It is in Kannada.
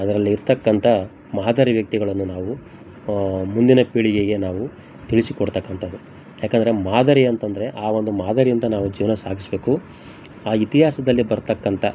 ಅದ್ರಲ್ಲಿ ಇರತಕ್ಕಂಥ ಮಾದರಿ ವ್ಯಕ್ತಿಗಳನ್ನು ನಾವು ಮುಂದಿನ ಪೀಳಿಗೆಗೆ ನಾವು ತಿಳಿಸಿಕೊಡ್ತಕ್ಕಂಥದ್ದು ಏಕಂದ್ರೆ ಮಾದರಿ ಅಂತಂದರೆ ಆ ಒಂದು ಮಾದರಿ ಅಂತ ನಾವು ಜೀವನ ಸಾಗಿಸ್ಬೇಕು ಆ ಇತಿಹಾಸದಲ್ಲಿ ಬರತಕ್ಕಂಥ